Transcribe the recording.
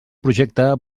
projecte